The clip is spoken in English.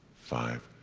five,